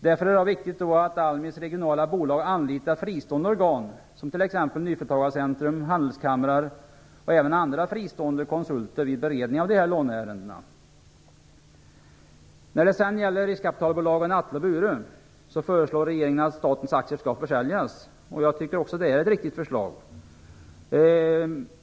Därför är det viktigt att ALMI:s regionala bolag anlitar fristående organ, som t.ex. nyföretagarcentrum, handelskamrar och även andra fristående konsulter, vid beredning av de här låneärendena. När det gäller riskkapitalbolagen Atle och Bure föreslår regeringen att statens aktier skall försäljas. Jag tycker att det är ett riktigt förslag.